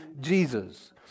Jesus